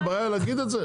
מה הבעיה להגיד את זה?